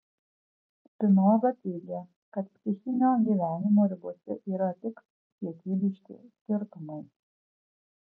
spinoza teigia kad psichinio gyvenimo ribose yra tik kiekybiški skirtumai